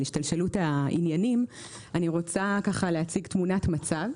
אני רוצה להציג תמונת מצב.